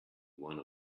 one